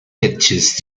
pitches